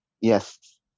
Yes